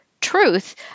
truth